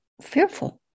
fearful